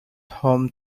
home